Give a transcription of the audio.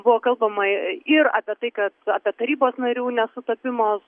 buvo kalbama ir apie tai kad apie tarybos narių nesutapimo